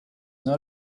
not